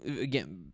again